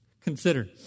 Consider